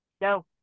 No